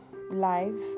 live